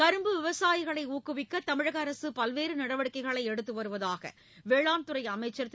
கரும்பு விவசாயிகளை ஊக்குவிக்க தமிழக அரசு பல்வேறு நடவடிக்கைகள் எடுத்து வருவதாக வேளாண் துறை அமைச்சர் திரு